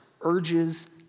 urges